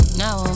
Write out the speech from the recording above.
now